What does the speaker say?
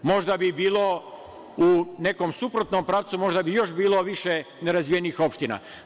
Možda bi bilo u nekom suprotnom pravcu, možda bi još bilo više nerazvijenih opština.